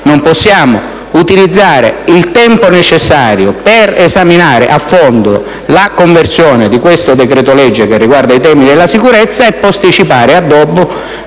non possiamo utilizzare il tempo necessario per esaminare a fondo la conversione del decreto-legge che riguarda i temi della sicurezza e posticipare l'esame